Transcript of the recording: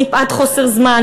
מפאת חוסר זמן,